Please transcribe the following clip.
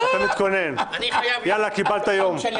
הישיבה ננעלה בשעה